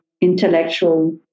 intellectual